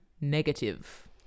negative